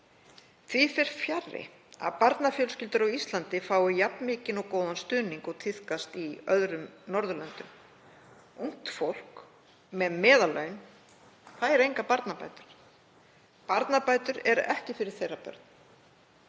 Því fer fjarri að barnafjölskyldur á Íslandi fái jafn mikinn og góðan stuðning og tíðkast á öðrum Norðurlöndum. Ungt fólk með meðallaun fær engar barnabætur. Barnabæturnar eru ekki fyrir þeirra börn,